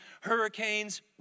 Hurricanes